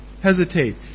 hesitate